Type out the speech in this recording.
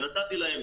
ונתתי להם,